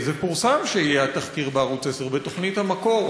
זה פורסם שיהיה תחקיר בערוץ 10, בתוכנית "המקור".